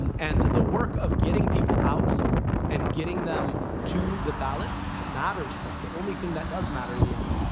um and the work of getting people out and getting them to the ballots that matters. that's the only thing that does matter in the end,